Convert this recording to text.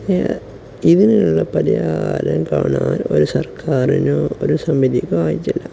ഇതിനുള്ള പരിഹാരം കാണാൻ ഒരു സർക്കാരിനും ഒരു സമിതിക്കും ആയിട്ടില്ല